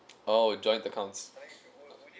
oh joint accounts